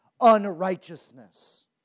unrighteousness